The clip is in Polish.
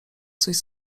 coś